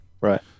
Right